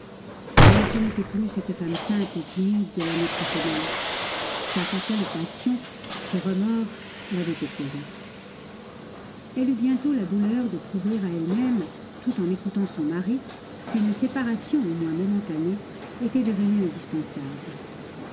mais ce n'était plus cette femme simple et timide de l'année précédente sa fatale passion ses remords l'avaient éclairée elle eut bientôt la douleur de se prouver à elle-même tout en écoutant son mari qu'une séparation au moins momentanée était devenue indispensable